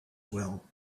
well